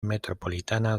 metropolitana